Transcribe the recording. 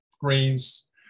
greens